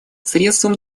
средством